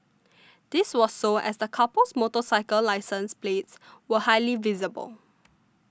this was so as the couple's motorcycle license plates were highly visible